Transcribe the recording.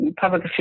public